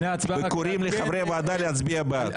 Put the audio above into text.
וקוראים לחברי הוועדה להצביע בעד.